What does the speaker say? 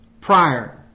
prior